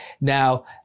Now